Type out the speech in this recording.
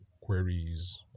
queries